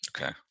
Okay